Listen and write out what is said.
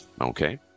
okay